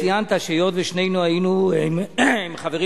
ציינת שהיות ששנינו היינו עם חברים